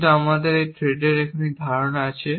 কিন্তু আমাদের এখন থ্রেডর এই ধারণা আছে